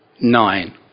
Nine